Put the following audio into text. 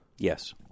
Yes